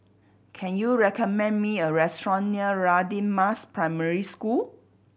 can you recommend me a restaurant near Radin Mas Primary School